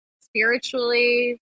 spiritually